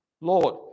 Lord